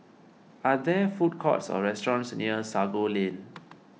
are there food courts or restaurants near Sago Lane